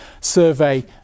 survey